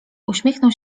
uśmiechnął